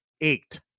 eight